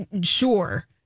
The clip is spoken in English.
sure